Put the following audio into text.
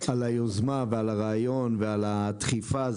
על היוזמה, על הרעיון ועל הדחיפה.